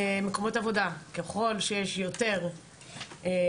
במקומות עבודה, ככל שיש יותר תלונות,